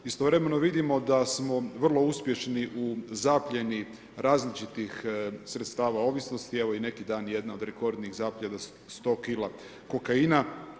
Istovremeno vidimo da smo vrlo uspješni u zaplijeni različitih sredstava ovisnosti, evo i neki dan jedna od rekordnih zapljena 100kg kokaina.